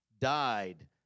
died